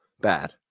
Bad